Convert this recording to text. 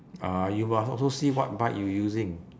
uh you must also see what bike you using